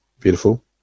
Beautiful